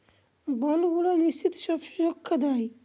বন্ডগুলো নিশ্চিত সব সুরক্ষা দেয়